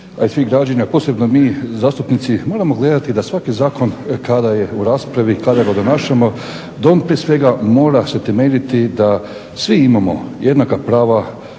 a i svi građani, a posebno mi zastupnici, moramo gledati da svaki zakon kada je u raspravi kada ga donašamo da on prije svega mora se temeljiti da svi imamo jednaka prava,